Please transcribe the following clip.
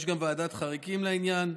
יש גם ועדת חריגים לעניין.